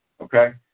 okay